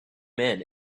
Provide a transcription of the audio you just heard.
men